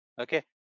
Okay